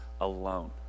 alone